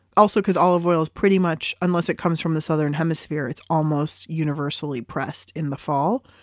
also because olive oil is pretty much, unless it comes from the southern hemisphere it's almost universally pressed in the fall.